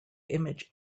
image